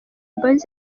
boyz